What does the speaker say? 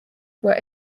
were